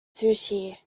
sushi